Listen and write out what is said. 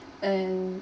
and